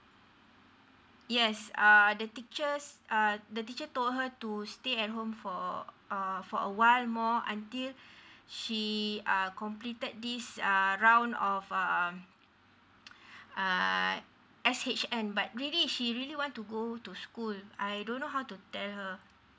yes uh the teachers uh the teacher told her to stay at home for err for a while more until she are completed this uh round of uh uh S_H_N really she really want to go to school I don't know how to tell her